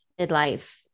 midlife